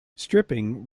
stripping